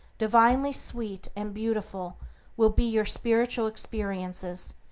divinely sweet and beautiful will be your spiritual experiences,